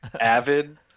Avid